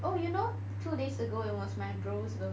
oh you know two days ago it was my bro's birthday